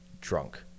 drunk